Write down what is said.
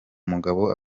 mugabo